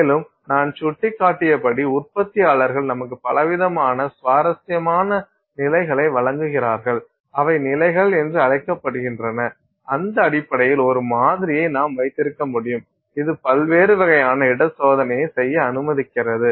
மேலும் நான் சுட்டிக்காட்டியபடி உற்பத்தியாளர்கள் நமக்கு பலவிதமான சுவாரஸ்யமான நிலைகளை வழங்குகிறார்கள் அவை நிலைகள் என்று அழைக்கப்படுகின்றன அந்த அடிப்படையில் ஒரு மாதிரியை நாம் வைத்திருக்க முடியும் இது பல்வேறு வகையான இட சோதனைகளைச் செய்ய அனுமதிக்கிறது